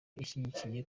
ushyigikiye